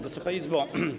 Wysoka Izbo!